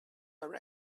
are